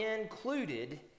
included